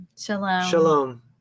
Shalom